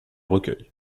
recueil